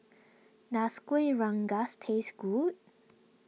does Kueh Rengas taste good